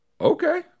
Okay